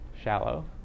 shallow